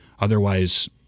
Otherwise